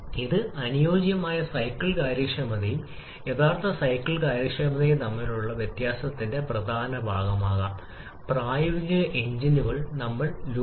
അവയുടെ അനുബന്ധ സ്റ്റൈക്കിയോമെട്രിക് അനുപാതം ഇതായിരിക്കും വായുവിന്റെ പിണ്ഡം ഇന്ധനത്തിന്റെ പിണ്ഡവും വായുവിന്റെ പിണ്ഡവും ഈ കേസിൽ 274